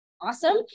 awesome